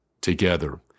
together